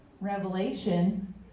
revelation